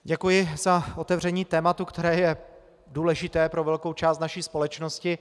Děkuji za otevření tématu, které je důležité pro velkou část naší společnosti.